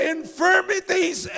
infirmities